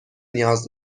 نیاز